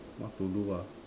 what to do ah